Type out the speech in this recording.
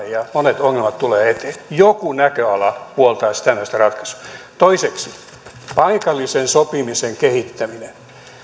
ja monet ongelmat tulevat eteen joku näköala puoltaisi tämmöistä ratkaisua toiseksi paikallisen sopimisen kehittäminen